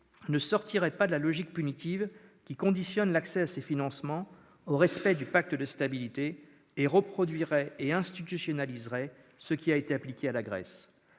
ne sortirait pas de la logique punitive qui conditionne l'accès à ses financements au respect du pacte de stabilité et reproduirait et institutionnaliserait ce qui a été appliqué à la Grèce.